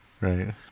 Right